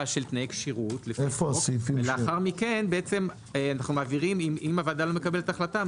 של תנאי כשירות ולאחר מכן אם הוועדה לא מקבלת החלטה,